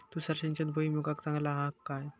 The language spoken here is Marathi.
तुषार सिंचन भुईमुगाक चांगला हा काय?